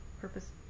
purpose-